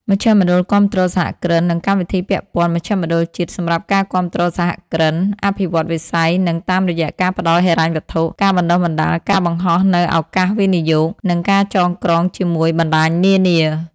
មជ្ឈមណ្ឌលគាំទ្រសហគ្រិន និងកម្មវិធីពាក់ព័ន្ធមជ្ឈមណ្ឌលជាតិសម្រាប់ការគាំទ្រសហគ្រិន អភិវឌ្ឍវិស័យ និង តាមរយៈការផ្ដល់ហិរញ្ញវត្ថុ ការបណ្តុះបណ្តាលការបង្ហោះនូវឱកាសវិនិយោគ និងការចងក្រងជាមួយ បណ្តាញនានា។